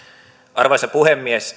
arvoisa puhemies